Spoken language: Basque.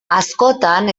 askotan